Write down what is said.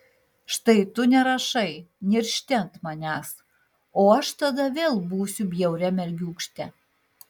štai tu nerašai niršti ant manęs o aš tada vėl būsiu bjauria mergiūkšte